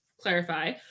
clarify